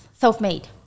self-made